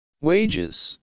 Wages